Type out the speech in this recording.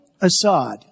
Assad